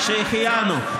שהחיינו.